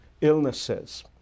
illnesses